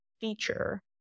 feature